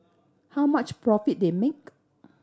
how much profit they make